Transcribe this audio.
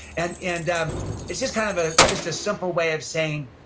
and and um it's just kind of a, just a simple way of saying,